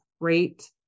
great